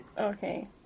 Okay